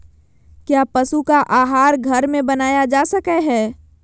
क्या पशु का आहार घर में बनाया जा सकय हैय?